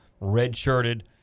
red-shirted